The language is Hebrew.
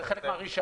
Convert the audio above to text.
זה חלק מהרישיון.